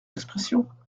expression